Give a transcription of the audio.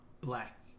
black